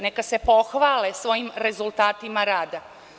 Neka se pohvale svojim rezultatima rada.